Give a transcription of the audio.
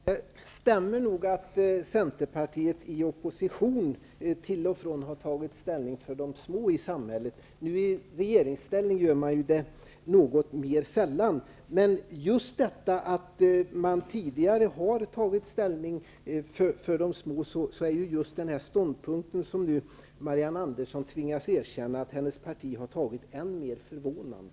Herr talman! Det stämmer nog att Centerpartiet i opposition till och från har tagit ställning för de små i samhället. I regeringsställning gör man det mindre ofta. Men just med tanke på att man tidigare har tagit ställning för de små är den ståndpunkt som Marianne Andersson tvingas erkänna att hennes parti har intagit än mer förvånande.